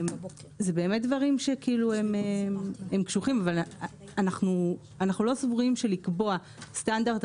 זה באמת דברים שהם קשוחים אבל אנחנו לא סבורים שהפתרון